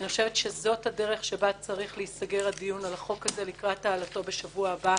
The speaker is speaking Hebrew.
זאת הדרך שבה צריך להיסגר הדיון על החוק הזה לקראת העלאתו בשבוע הבא,